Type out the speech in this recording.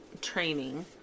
training